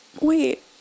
wait